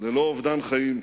ללא אובדן חיים,